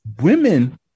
Women